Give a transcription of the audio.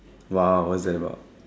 !wow! what's that about